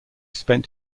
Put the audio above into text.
spent